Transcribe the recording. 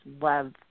love